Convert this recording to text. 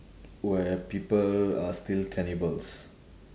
where people are still cannibals